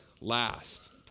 last